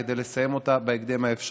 כדי לסיים אותה בהקדם האפשרי.